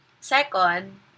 Second